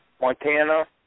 Montana